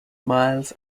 miles